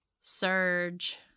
Surge